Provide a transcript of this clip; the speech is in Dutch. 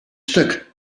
stuk